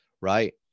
Right